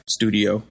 Studio